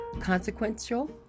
consequential